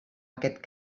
aquest